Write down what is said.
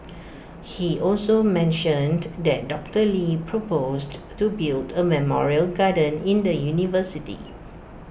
he also mentioned that doctor lee proposed to build A memorial garden in the university